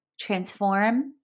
transform